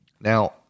now